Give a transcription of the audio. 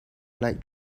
like